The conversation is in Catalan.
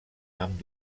amb